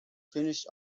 finish